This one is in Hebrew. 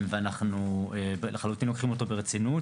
אנחנו לחלוטין לוקחים אותו ברצינות,